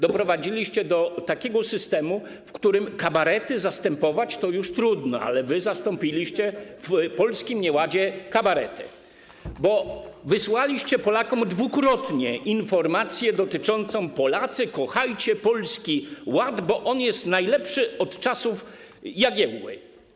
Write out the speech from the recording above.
Doprowadziliście do takiego systemu, w którym kabarety zastępować już trudno, ale wy zastąpiliście w polskim nieładzie kabarety, ponieważ wysłaliście Polakom dwukrotnie informację: Polacy, kochajcie Polski Ład, bo on jest najlepszy od czasów Jagiełły.